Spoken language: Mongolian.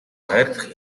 хайрлах